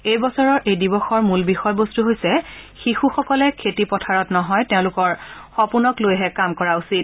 এই বছৰৰ এই দিৱসৰ মূল বিষয়বস্তু হৈছে শিশুসকলে খেতিপথাৰত নহয় তেওঁলোকৰ সপোনৰ ওপৰতহে কাম কৰা উচিত